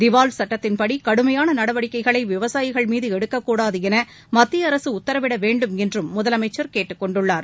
திவால் சுட்டத்தின்படி கடுமையான நடவடிக்கைகளை விவசாயிகள் மீது எடுக்கக்கூடாது என மத்திய அரசு உத்தரவிட வேண்டும் என்றும் முதலமைச்சர் கேட்டுக்கொண்டுள்ளார்